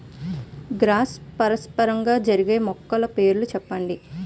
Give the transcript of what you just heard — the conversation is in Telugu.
క్రాస్ పరాగసంపర్కం జరిగే మొక్కల పేర్లు చెప్పండి?